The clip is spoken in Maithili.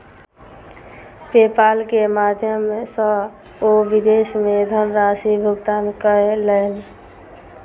पेपाल के माध्यम सॅ ओ विदेश मे धनराशि भुगतान कयलैन